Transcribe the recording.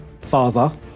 father